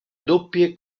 doppie